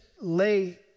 lay